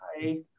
Hi